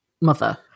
mother